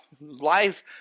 life